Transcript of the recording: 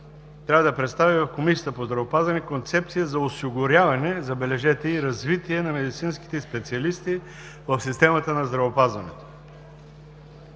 трябва да представи в Комисията по здравеопазването Концепция за осигуряване, забележете, и развитие на медицинските специалисти в системата на здравеопазването.